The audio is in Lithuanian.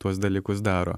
tuos dalykus daro